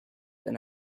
than